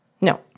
No